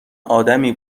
آدمی